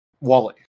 Wally